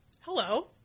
hello